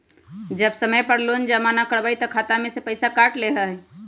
जब समय पर लोन जमा न करवई तब खाता में से पईसा काट लेहई?